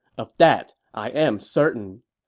of that, i am certain.